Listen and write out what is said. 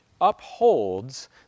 upholds